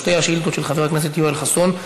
שתי השאילתות, של חבר הכנסת יואל חסון.